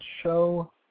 show